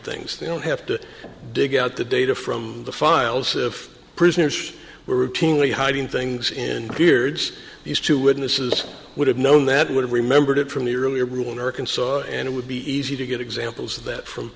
things they don't have to dig out the data from the files if prisoners were routinely hiding things in beards these two witnesses would have known that would have remembered it from the earlier rule in arkansas and it would be easy to get examples of that from